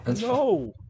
No